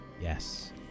Yes